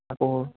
আকৌ